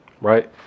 right